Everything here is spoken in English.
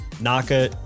Naka